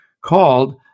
called